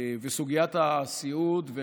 וסוגיית הסיעוד,